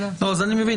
לא, זה אני מבין.